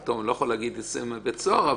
אני לא יכול להגיד שייצא מבית הסוהר,